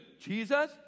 Jesus